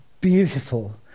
beautiful